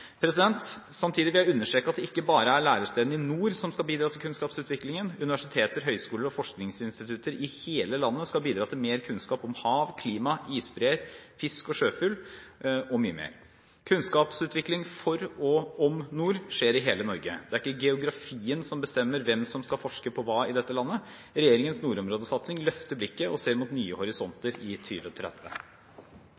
Samtidig vil jeg understreke at det ikke bare er lærestedene i nord som skal bidra til kunnskapsutviklingen. Universiteter, høyskoler og forskningsinstitutter i hele landet skal bidra til mer kunnskap om hav, klima, isbreer, fisk og sjøfugl og mye mer. Kunnskapsutvikling for og om nord skjer i hele Norge, det er ikke geografien som bestemmer hvem som skal forske på hva i dette landet. Regjeringens nordområdesatsing løfter blikket og ser mot nye